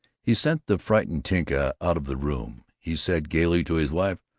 he sent the frightened tinka out of the room. he said gaily to his wife,